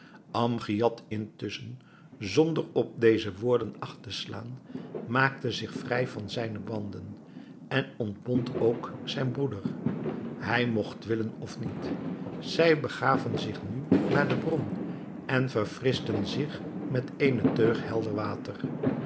amgiad intusschen zonder op deze woorden acht te slaan maakte zich vrij van zijne banden en ontbond ook zijn broeder hij mogt willen of niet zij begaven zich nu naar de bron en verfrischten zich met eene teug helder water